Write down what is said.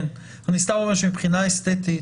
אני אומר שמבחינה אסתטית